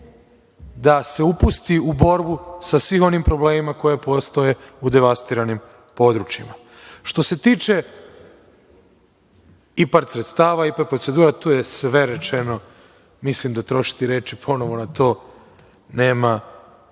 da se upusti u borbu sa svim onim problemima koji postoje u devastiranim područjima. Što se tiče IPARD sredstava i procedura, tu je sve rečeno. Mislim da trošiti reči ponovo na to nema